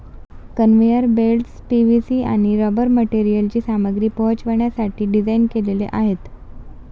conveyor belts PVC आणि rubber मटेरियलची सामग्री पोहोचवण्यासाठी डिझाइन केलेले आहेत